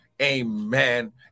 Amen